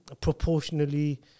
proportionally